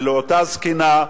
ואותה זקנה,